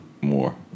more